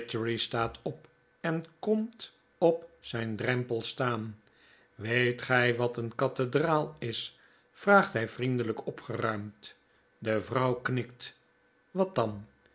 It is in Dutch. staat op en komt op zyn drempel staan weet gy wat een cathedraal is vraagt hy vriendelp opgeruimd de vrouw knikt wat dan